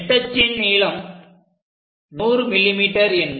நெட்டச்சின் நீளம் 100 mm